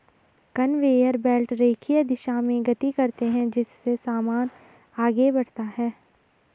conveyor belt रेखीय दिशा में गति करते हैं जिससे सामान आगे बढ़ता है